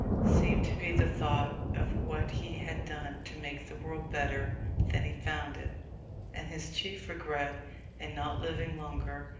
seemed to be the thought of what he had done to make the world better than he found it and his chief regret in not living longer,